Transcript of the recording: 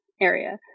area